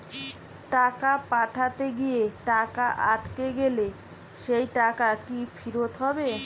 টাকা পাঠাতে গিয়ে টাকা আটকে গেলে সেই টাকা কি ফেরত হবে?